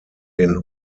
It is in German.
den